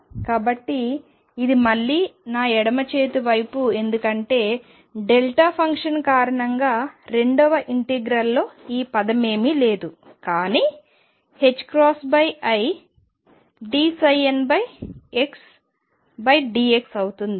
కాబట్టి ఇది మళ్లీ నా ఎడమ చేతి వైపు ఎందుకంటే డెల్టా ఫంక్షన్ కారణంగా రెండవ ఇంటిగ్రల్లో ఈ పదం ఏమీ లేదు కానీ idndx అవుతుంది